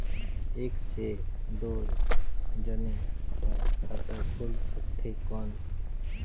एक से दो जने कर खाता खुल सकथे कौन?